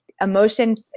emotion